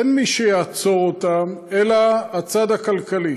אין מי שיעצור אותם אלא הצד הכלכלי.